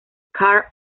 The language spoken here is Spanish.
karl